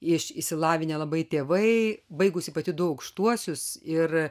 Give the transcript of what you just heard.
iš išsilavinę labai tėvai baigusi pati du aukštuosius ir